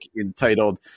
entitled